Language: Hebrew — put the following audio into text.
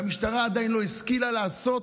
והמשטרה עדיין לא השכילה לעשות,